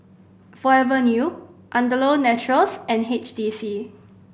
Forever New Andalou Naturals and H T C